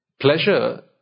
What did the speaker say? pleasure